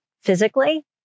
physically